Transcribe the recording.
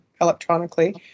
electronically